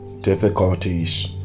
difficulties